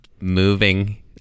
moving